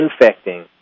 infecting